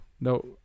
No